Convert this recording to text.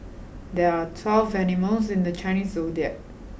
there are twelve animals in the Chinese Zodiac